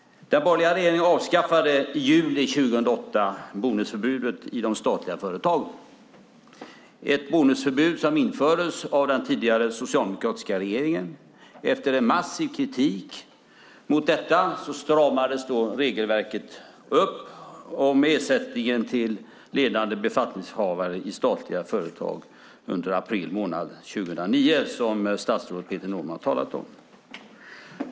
Den borgerliga regeringen avskaffade i juli 2008 bonusförbudet i de statliga företagen, ett bonusförbud som infördes av den tidigare socialdemokratiska regeringen. Efter en massiv kritik mot detta stramades regelverket upp om ersättningen till ledande befattningshavare i statliga företag, vilket statsrådet Peter Norman talat om. Det var under april månad 2009.